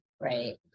right